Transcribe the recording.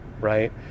right